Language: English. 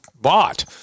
bought